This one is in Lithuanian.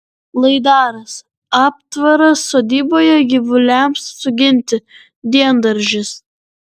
laidaras aptvaras sodyboje gyvuliams suginti diendaržis